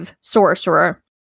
sorcerer